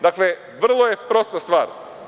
Dakle, vrlo je prosta stvar.